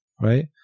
right